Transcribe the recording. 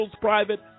private